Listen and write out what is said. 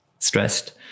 stressed